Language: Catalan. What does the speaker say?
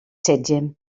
setge